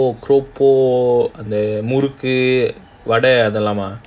oh murukku vada அதல்லம்மா:murukku wade athallamma